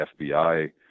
FBI –